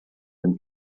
them